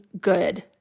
good